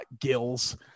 gills